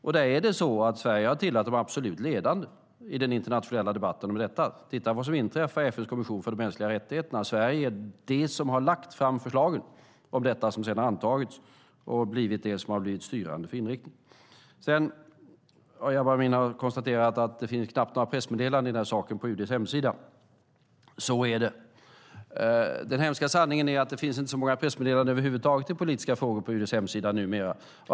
Sverige har varit bland de absolut ledande i den internationella debatten om detta. Titta på vad som inträffade i FN:s kommission för de mänskliga rättigheterna - Sverige är det land som har lagt fram förslagen om detta som sedan har antagits och blivit det som är styrande för inriktningen. Jabar Amin har konstaterat att det knappt finns några pressmeddelanden om den här saken på UD:s hemsida. Så är det. Dem hemska sanningen är att det inte finns så många pressmeddelanden över huvud taget i politiska frågor på UD:s hemsida numera.